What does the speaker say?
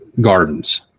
gardens